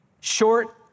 Short